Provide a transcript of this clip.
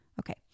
Okay